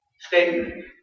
statement